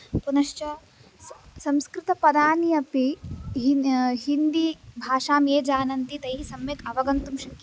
पुनश्च सं संस्कृतपदानि अपि हिन् हिन्दीभाषां ये जानन्ति तैः अवगन्तुं शक्यते